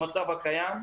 במצב הקיים,